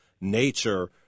nature